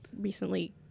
recently